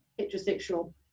heterosexual